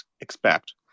expect